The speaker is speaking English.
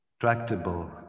tractable